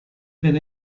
been